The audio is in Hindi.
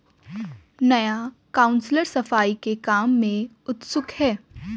नया काउंसलर सफाई के काम में उत्सुक है